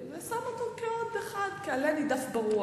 זה גורם לכך שבמקום שתהיה תנופה במשק,